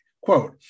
quote